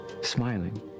smiling